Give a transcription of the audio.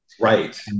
Right